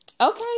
okay